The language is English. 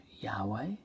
Yahweh